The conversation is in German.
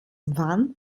wann